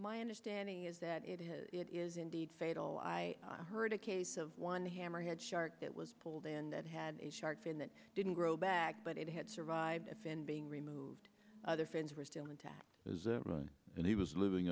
my understanding is that it is it is indeed fatal i heard a case of one hammerhead shark that was pulled and that had a shark fin that didn't grow back but it had survived a fin being removed other friends were still intact and he was living